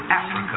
Africa